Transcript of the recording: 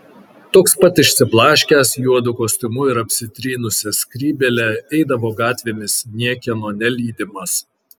toks pat išsiblaškęs juodu kostiumu ir apsitrynusia skrybėle eidavo gatvėmis niekieno nelydimas